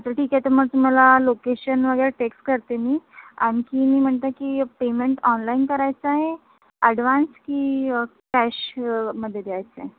चल ठीक आहे तर मग तुम्हाला लोकेशन वगैरे टेक्स करते मी आणखी मी म्हणते की पेमेंट ऑनलाइन करायचं आहे अडवांस की कॅशमध्ये द्यायचं आहे